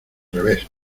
revés